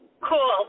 Cool